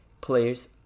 players